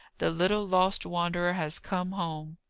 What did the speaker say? the little lost wanderer has come home.